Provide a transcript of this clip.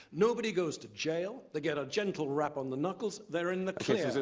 nobody goes to jail, they get a gentle rap on the knuckles, they're in the clear.